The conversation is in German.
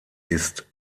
ist